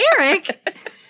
Eric